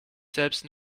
selbst